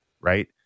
right